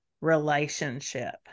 relationship